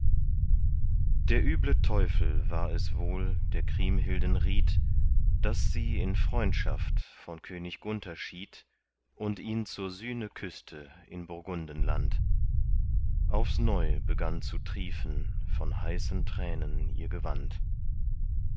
der üble teufel war es wohl der kriemhilden riet daß sie in freundschaft von könig gunther schied und ihn zur sühne küßte in burgundenland aufs neu begann zu triefen von heißen tränen ihr gewand